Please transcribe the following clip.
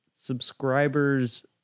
subscribers